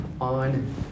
on